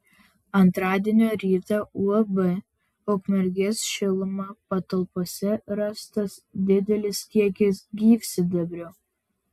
antradienio rytą uab ukmergės šiluma patalpose rastas didelis kiekis gyvsidabrio